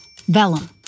Vellum